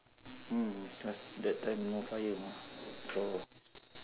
mm cause that time no fire know so